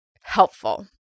helpful